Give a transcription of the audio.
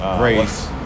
race